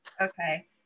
Okay